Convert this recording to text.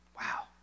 Wow